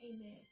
amen